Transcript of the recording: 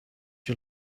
you